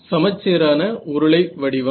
சமச்சீரான உருளை வடிவம்